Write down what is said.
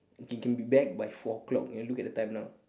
can can be back by four o'clock you know look at the time now